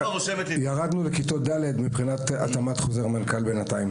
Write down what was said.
ירדנו לכיתות ד' מבחינת התאמת חוזר המנכ"ל בינתיים.